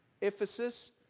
Ephesus